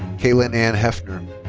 kaitlyn ann heffner.